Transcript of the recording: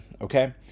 okay